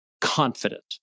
confident